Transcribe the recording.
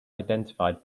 identified